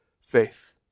faith